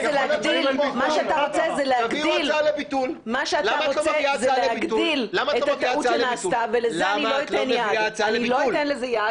להגדיל את הטעות שנעשתה, ולזה לא אתן יד.